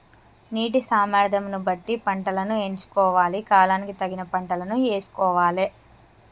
నీటి సామర్థ్యం ను బట్టి పంటలను ఎంచుకోవాలి, కాలానికి తగిన పంటలను యేసుకోవాలె